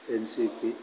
N C P